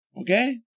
Okay